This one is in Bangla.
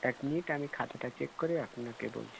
এক মিনিট আমি খাতাটা চেক করে আপনাকে বলছি